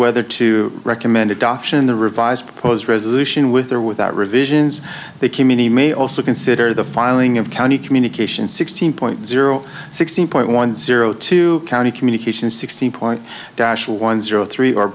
whether to recommend adoption in the revised proposed resolution with or without revisions the committee may also consider the filing of county communications sixteen point zero sixteen point one zero two county communications sixteen point dash one zero three or